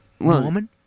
Norman